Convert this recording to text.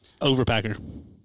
overpacker